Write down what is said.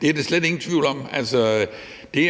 det er der slet ingen tvivl om. Altså,